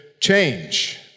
change